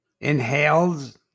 Inhaled